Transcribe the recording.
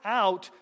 out